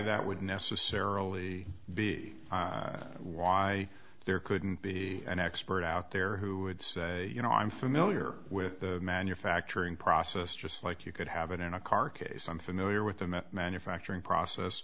that would necessarily be why there couldn't be an expert out there who would say you know i'm familiar with the manufacturing process just like you could have it in a car case i'm familiar with the met manufacturing process